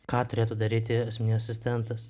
ką turėtų daryti asmeninis asistentas